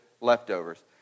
leftovers